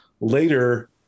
later